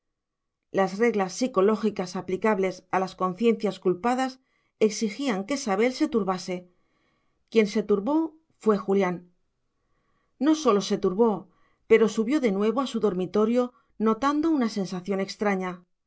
las reglas psicológicas aplicables a las conciencias culpadas exigían que sabel se turbase quien se turbó fue julián no sólo se turbó pero subió de nuevo a su dormitorio notando una sensación extraña